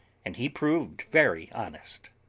and he proved very honest.